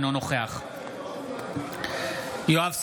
אינו נוכח יואב סגלוביץ'